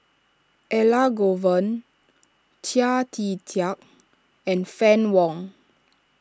Elangovan Chia Tee Chiak and Fann Wong